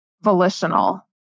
volitional